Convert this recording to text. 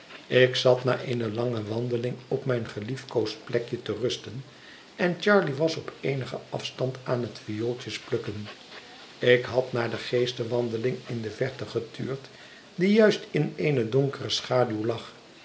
ik zat na eene lange wandeling op mijn geliefkoosd plekje te rusten en charley was op eenigen afstand aan het viooltjes plukken ik had naar de geestenwandeling in de verte getuurd die juist in eenè donkere schaduw lag